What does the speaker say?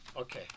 Okay